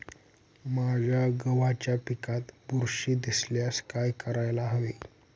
माझ्या गव्हाच्या पिकात बुरशी दिसल्यास काय करायला हवे?